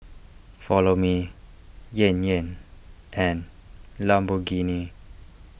Follow Me Yan Yan and Lamborghini